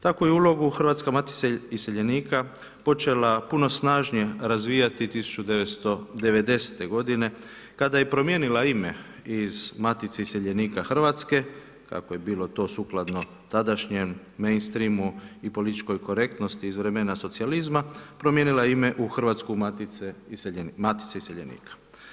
Takvu ulogu Hrvatska matica iseljenika počela puno snažnije razvijati 1990. godine kada je promijenila ime iz Matice iseljenika Hrvatske, kako je bilo to sukladno tadašnjem mainstreamu i političkoj korektnosti iz vremena socijalizma promijenila ime u Hrvatsku maticu iseljenika.